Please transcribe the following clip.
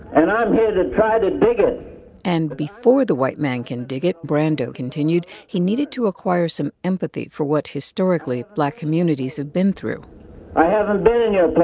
and i'm here to try to dig it and before the white man can dig it, brando continued, he needed to acquire some empathy for what historically black communities have been through i haven't been in your but